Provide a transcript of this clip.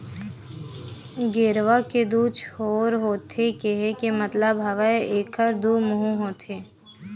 गेरवा के दू छोर होथे केहे के मतलब हवय एखर दू मुहूँ होथे